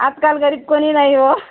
आजकाल गरीब कोणी नाही हो